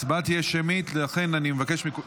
ההצבעה תהיה שמית ולכן אני מבקש מכולם,